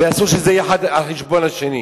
ואסור שזה יהיה אחד על חשבון השני.